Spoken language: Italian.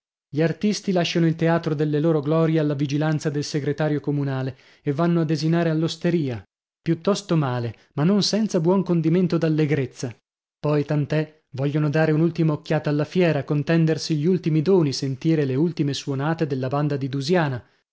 gli artisti lasciano il teatro delle loro glorie alla vigilanza del segretario comunale e vanno a desinare all'osteria piuttosto male ma non senza buon condimento d'allegrezza poi tant'è vogliono dare un'ultima occhiata alla fiera contendersi gli ultimi doni sentire le ultime suonate della banda di dusiana